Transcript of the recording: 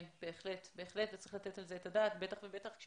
בהחלט וצריך לתת על זה את הדעת בטח כאשר